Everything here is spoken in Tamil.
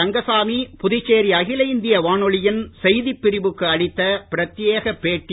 ரங்கசாமி புதுச்சேரிஅகில இந்திய வானொலியின் செய்திப் பிரிவுக்கு அளித்த பிரத்யேக பேட்டி